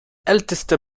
älteste